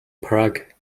prague